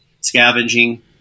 scavenging